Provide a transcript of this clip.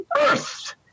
earth